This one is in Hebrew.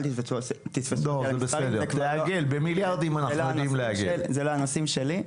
אלה לא הנושאים שלי,